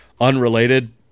unrelated